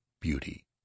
beauty